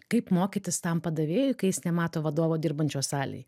kaip mokytis tam padavėjui kai jis nemato vadovo dirbančio salėj